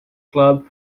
club